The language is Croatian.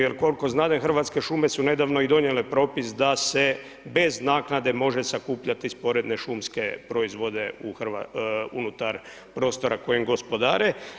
Jer koliko znadem Hrvatske šume su nedavno i donijele propis da se bez naknade može sakupljati sporedne šumske proizvode unutar prostora kojim gospodare.